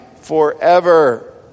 forever